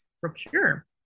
procure